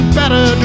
better